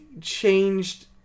changed